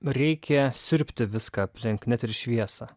reikia siurbti viską aplink net ir šviesą